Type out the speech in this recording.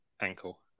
ankle